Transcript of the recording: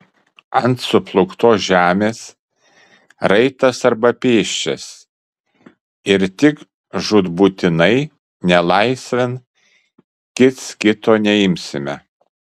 ant suplūktos žemės raitas arba pėsčias ir tik žūtbūtinai nelaisvėn kits kito neimsime